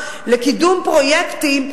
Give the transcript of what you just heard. לקידום פרויקטים,